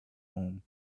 home